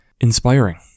inspiring